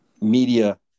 media